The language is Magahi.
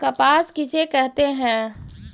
कपास किसे कहते हैं?